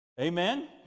Amen